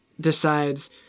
decides